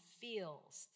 feels